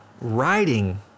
riding